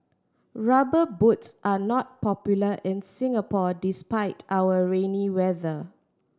Rubber Boots are not popular in Singapore despite our rainy weather